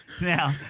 Now